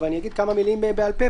אבל אני אגיד כמה מילים בעל פה,